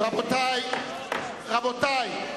רבותי,